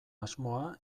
asmoa